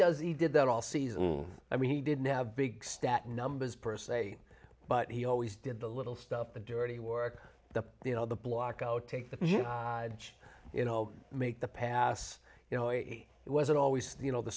does he did that all season i mean he didn't have big stat numbers per se but he always did the little stuff the dirty work the you know the block go take the edge you know make the pass you know it wasn't always the you know the